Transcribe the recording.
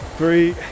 three